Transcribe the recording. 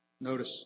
notice